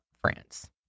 France